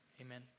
Amen